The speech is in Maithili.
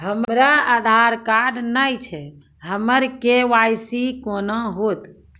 हमरा आधार कार्ड नई छै हमर के.वाई.सी कोना हैत?